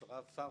שר,